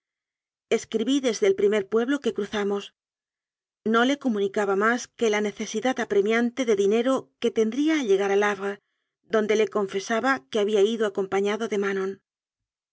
escribí desde el primer pueblo que cruzamos no le comunicaba más que la necesidad apremiante de dinero que tendría al llegar al havre donde le confesaba que había ido acompañando a manon